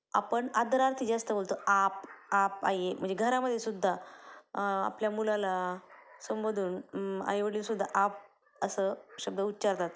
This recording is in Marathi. आपण आदरार्थी जास्त बोलतो आप आप आईये म्हणजे घरामध्ये सुद्धा आपल्या मुलाला संबोधून आईवडीलसुद्धा आप असं शब्द उच्चारतात